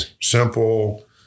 simple